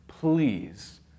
please